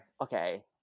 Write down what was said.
okay